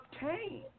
obtain